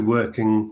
working